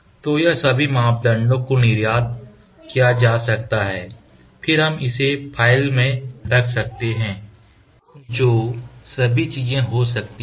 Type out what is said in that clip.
तो यह सभी मापदंडों को निर्यात किया जा सकता है फिर हम इसे फ़ाइल में रख सकते हैं जो सभी चीजें हो सकती हैं